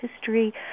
history